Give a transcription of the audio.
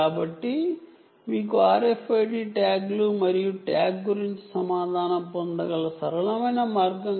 కాబట్టి ఇది మీకు RFID ట్యాగ్లు మరియు ట్యాగ్ గురించి సమాచారం పొందగల సరళమైన మార్గం